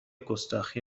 گستاخی